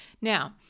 Now